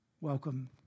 Welcome